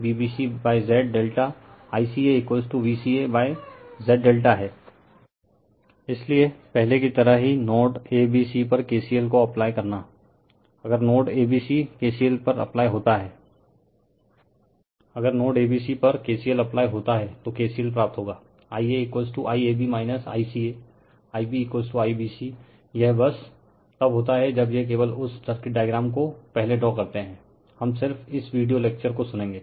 refer slide time 2027 इसलिए पहले की तरह हीनोड ABC पर KCL को अप्लाई करना अगर नोड ABC पर KCL अप्लाई होता है तो KCL प्राप्त होगा IaIAB ICAIbIBC यह बस तब होता हैं जब यह केवल उस सर्किट डायग्राम को पहले ड्रा करते हैं हम सिर्फ इस विडियो लेक्चर को सुनेगे